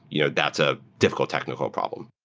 you know that's a difficult technical problem.